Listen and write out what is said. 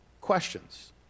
questions